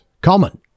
common